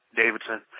Davidson